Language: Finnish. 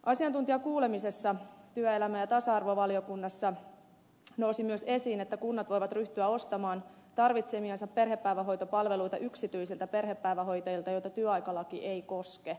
asiantuntijakuulemisessa työelämä ja tasa arvovaliokunnassa nousi myös esiin että kunnat voivat ryhtyä ostamaan tarvitsemiansa perhepäivähoitopalveluita yksityisiltä perhepäivähoitajilta joita työaikalaki ei koske